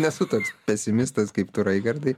nesu toks pesimistas kaip tu raigardai